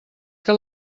que